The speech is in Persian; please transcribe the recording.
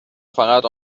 فقط